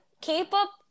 K-pop